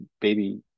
baby